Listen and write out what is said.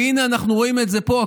והינה אנחנו רואים את זה פה,